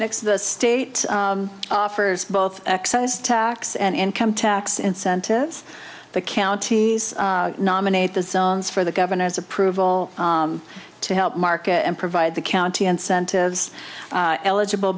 next the state offers both excise tax and income tax incentives the counties nominate the zones for the governor's approval to help market and provide the county incentives eligible